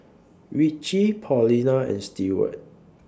Ritchie Paulina and Stewart